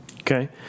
Okay